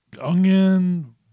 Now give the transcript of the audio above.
onion